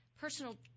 personal